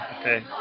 Okay